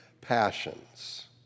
passions